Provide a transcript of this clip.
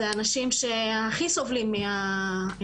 אלו אנשים שהכי סובלים מהעוני,